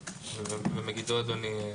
אדוני,